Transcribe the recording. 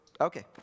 okay